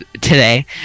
today